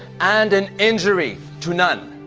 and an injury to none.